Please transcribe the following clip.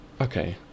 okay